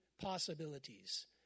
possibilities